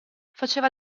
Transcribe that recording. faceva